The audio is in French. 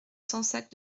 sansac